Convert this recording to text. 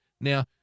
Now